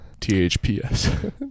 THPS